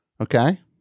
Okay